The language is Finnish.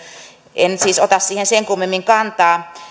en siis ota siihen sen kummemmin kantaa